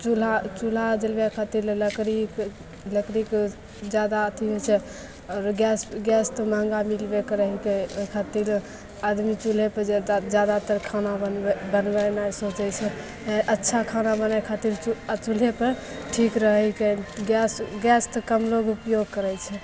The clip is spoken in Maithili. चूल्हा चुल्हा जरबै खातिर लकड़ी लकड़ीके जादा अथी होइत छै अगर गैस गैस तऽ महँगा मिलबे करै हिकै ओहि खातिर आदमी चूल्हे पर जादा जादातर खाना बनबै बनबेनाइ सोचैत छै अच्छा खाना बनै खातिर चु चुल्हेपर ठीक रहैत छै गैस गैस तऽ कमलोग उपयोयग करैत छै